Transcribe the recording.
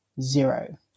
zero